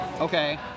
Okay